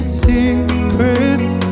secrets